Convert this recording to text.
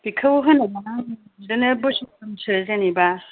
बेखौ होनोमोन आं बिदिनो बोसोर थामसो जेनबा